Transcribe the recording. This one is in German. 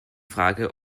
frage